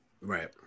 Right